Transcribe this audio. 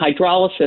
hydrolysis